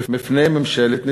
מפני ממשלת ישראל.